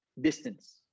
distance